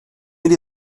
mynd